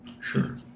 Sure